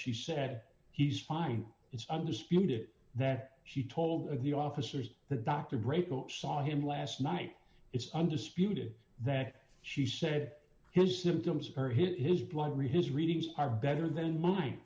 she said he's fine it's undisputed that she told the officers that dr great saw him last night it's undisputed that she said his symptoms or his blood re his readings are better than mine